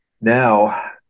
now